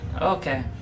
Okay